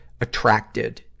attracted